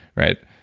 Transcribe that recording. right?